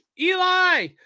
Eli